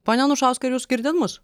pone anušauskai ar jūs girdit mus